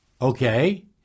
Okay